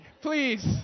please